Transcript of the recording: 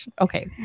okay